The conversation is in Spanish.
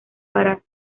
para